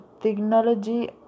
technology